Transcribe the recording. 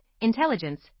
intelligence